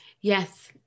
yes